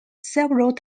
several